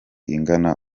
ingana